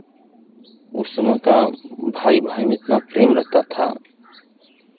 उस समय का भाई भाई में इतना प्रेम रहता था